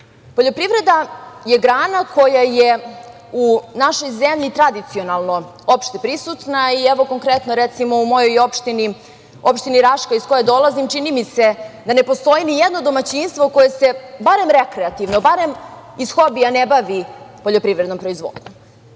privrede. Poljoprivreda je grana koja je u našoj zemlji tradicionalno opšte prisutna i evo konkretno recimo u mojoj opštini, opštini Raškoj iz koje dolazim, čini mi se da ne postoji nijedno domaćinstvo koje se barem rekreativno, barem ih hobija ne bavi poljoprivrednom proizvodnjom.